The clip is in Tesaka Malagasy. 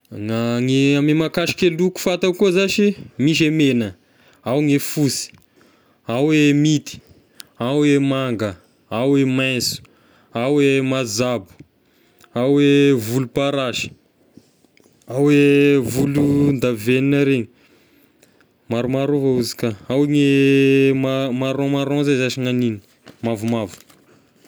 Na ny ame mahakasiky loko fantako koa zashy misy e megna, ao gne fosy, ao e minty, ao e manga, ao e mainso, ao e mazabo, ao e volom-parasy, ao e volon-davenona regny, maromaro avao izy ka, ao ny ma- marron marron zay zashy ny an'igny, mavomavo.